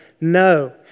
No